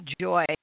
joy